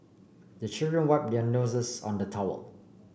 the children wipe their noses on the towel